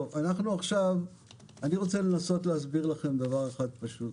טוב, אני רוצה לנסות להסביר לכם דבר אחד פשוט: